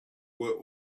were